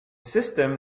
system